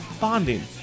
bonding